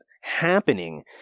happening